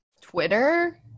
twitter